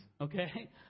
okay